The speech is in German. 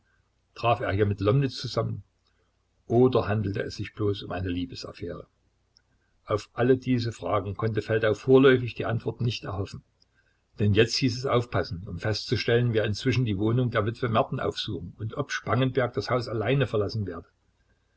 traf er hier mit lomnitz zusammen oder handelte es sich bloß um eine liebesaffäre auf alle diese fragen konnte feldau vorläufig die antwort nicht erhoffen denn jetzt hieß es aufpassen um festzustellen wer inzwischen die wohnung der witwe merten aufsuchen und ob spangenberg das haus allein verlassen werde